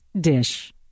dish